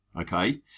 Okay